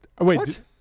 Wait